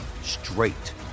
straight